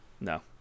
No